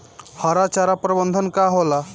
हरा चारा प्रबंधन का होला?